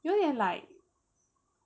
有点 like